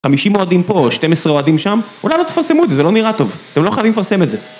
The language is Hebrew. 50 אוהדים פה, 12 אוהדים שם, אולי לא תפרסמו את זה, זה לא נראה טוב, אתם לא חייבים לפרסם את זה